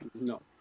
No